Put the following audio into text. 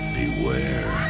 beware